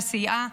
שסייעה.